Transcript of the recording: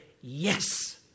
yes